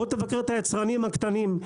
בוא תבקר את היצרנים הקטנים.